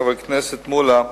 חבר הכנסת מולה,